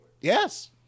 Yes